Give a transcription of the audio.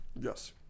Yes